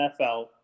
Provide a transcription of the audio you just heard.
NFL